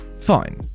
fine